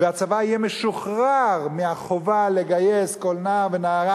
יהיה משוחרר מהחובה לגייס כל נער ונערה